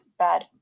bad